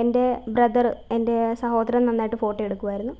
എൻ്റെ ബ്രദറ് എൻ്റെ സഹോദരൻ നന്നായിട്ട് ഫോട്ടോ എടുക്കുമായിരുന്നു